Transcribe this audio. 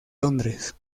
londres